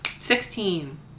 Sixteen